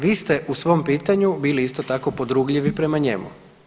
Vi ste u svom pitanju bili isto tako, podrugljivi prema njemu.